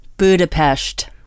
Budapest